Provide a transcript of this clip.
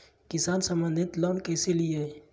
किसान संबंधित लोन कैसै लिये?